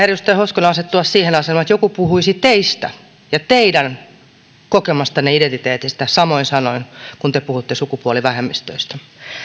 edustaja hoskonen asettua siihen asemaan että joku puhuisi teistä ja teidän kokemastanne identiteetistä samoin sanoin kuin te puhutte sukupuolivähemmistöistä